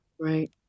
Right